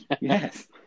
Yes